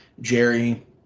Jerry